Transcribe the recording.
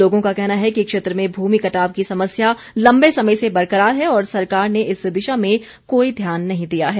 लोगों का कहना है कि क्षेत्र में भूमि कटाव की समस्या लंबे समय से बरकरार है और सरकार ने इस दिशा में कोई ध्यान नहीं दिया है